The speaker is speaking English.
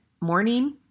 morning